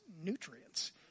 nutrients